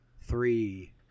three